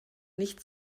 nicht